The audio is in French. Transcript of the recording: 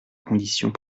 conditions